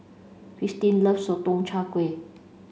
kirsten loves Sotong Char Kway